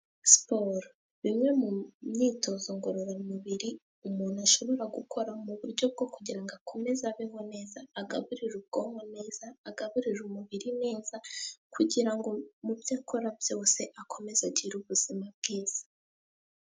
Siporo ni imwe mu myitozo ngororamubiri umuntu ashobora gukora mu buryo bwo kugira ngo akomeze abeho neza, agaburire ubwonko neza, agaburire umubiri neza, kugira ngo mu byo akora byose akomeze agire ubuzima bwiza.